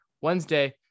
Wednesday